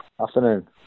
Afternoon